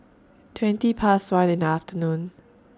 twenty Past one in The afternoon